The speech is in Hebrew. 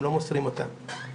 הם לא מוסרים אותן.